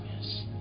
Yes